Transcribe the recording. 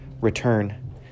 return